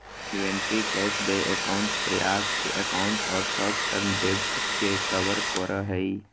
inventory cash देय account प्राप्य account और शॉर्ट टर्म डेब्ट के कवर करो हइ